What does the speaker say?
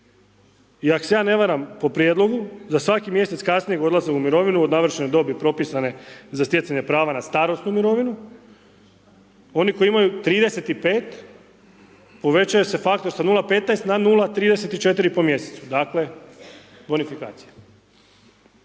I ako se ja ne varam po prijedlogu, za svaki mjesec kasnijeg odlaska u mirovinu od navršene dobi propisane za stjecanje prava na starosnu mirovinu, oni koji imaju 35, povećava se faktor sa 0,15 na 0,34 po mjesecu, dakle bonifikacija.